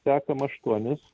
sekam aštuonis